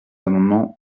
amendements